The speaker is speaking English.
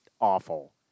awful